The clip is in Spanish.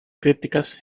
críticas